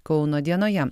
kauno dienoje